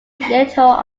little